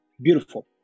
Beautiful